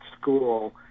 school